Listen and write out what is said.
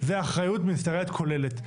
זה אחריות מיניסטריאלית כוללת.